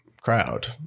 crowd